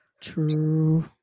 True